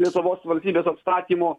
lietuvos valstybės atstatymo